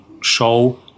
show